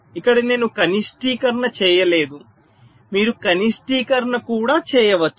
ఇక్కడ నేను కనిష్టీకరణ చేయలేదు మీరు కనిష్టీకరణ కూడా చేయవచ్చు